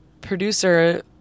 producer